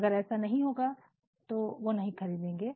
अगर ऐसा नहीं होगा तो वह नहीं खरीदेंगे